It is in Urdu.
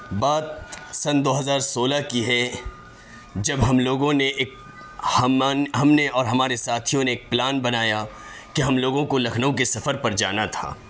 بات سن دو ہزار سولہ کی ہے جب ہم لوگوں نے ایک ہم نے اور ہمارے ساتھیوں نے ایک پلان بنایا کہ ہم لوگوں کو لکھنؤ کے سفر پر جانا تھا